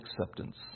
acceptance